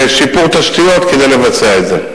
ושיפור תשתיות כדי לבצע את זה.